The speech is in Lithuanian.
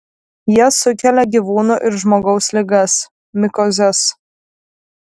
jie sukelia gyvūnų ir žmogaus ligas mikozes